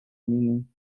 meaning